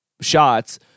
shots